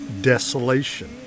desolation